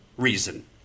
reason